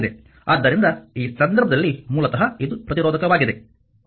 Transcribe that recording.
ಆದ್ದರಿಂದ ಈ ಸಂದರ್ಭದಲ್ಲಿ ಮೂಲತಃ ಇದು ಪ್ರತಿರೋಧಕವಾಗಿದೆ ಎಂದು ನೋಡಬಹುದು